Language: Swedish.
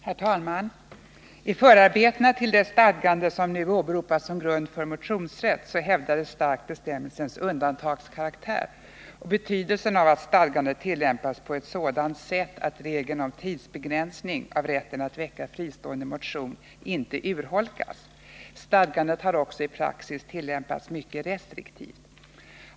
Herr talman! I förarbetena till det stadgande som nu åberopas som grund för motionsrätt hävdades starkt bestämmelsens undantagskaraktär och betydelsen av att stadgandet tillämpas på ett sådant sätt att regeln om åtgärder för att rädda sysselsätt tidsbegränsning av rätten att väcka fristående motioner inte urholkas. Stadgandet har också i praxis tillämpats mycket restriktivt.